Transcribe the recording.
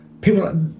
people